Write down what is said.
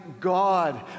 God